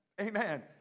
amen